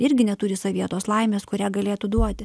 irgi neturi savyje tos laimės kurią galėtų duoti